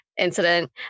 incident